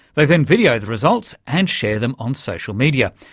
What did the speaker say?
they then video the results and share them on social media.